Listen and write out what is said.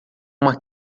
uma